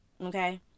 Okay